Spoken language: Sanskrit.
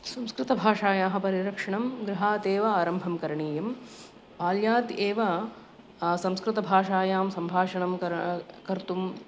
संस्कृतभाषायाः परिरक्षणं गृहात् एव आरम्भं करणीयं बाल्यात् एव संस्कृतभाषायां सम्भाषणं करा कर्तुम्